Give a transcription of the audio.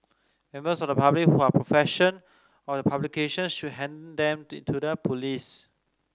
members of the public who are possession of the publication should hand them to the police